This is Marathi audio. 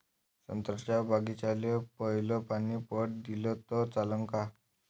संत्र्याच्या बागीचाले पयलं पानी पट दिलं त चालन का?